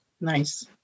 Nice